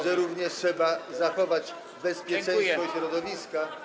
że również trzeba zachować bezpieczeństwo środowiska.